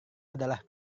adalah